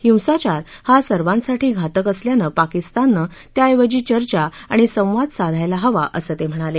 हिंसाचार हा सर्वांसाठी घातक असल्यानं पाकिस्ताननं त्याऐवजी चर्चा आणि संवाद साधायला हवा असं ते म्हणाले